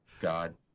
God